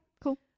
cool